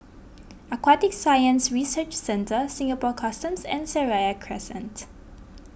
Aquatic Science Research Centre Singapore Customs and Seraya Crescent